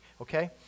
okay